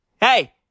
hey